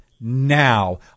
now